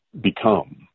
become